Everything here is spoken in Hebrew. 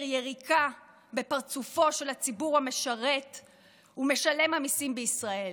יריקה בפרצופו של הציבור המשרת ומשלם המיסים בישראל,